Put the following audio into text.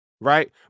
right